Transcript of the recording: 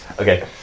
Okay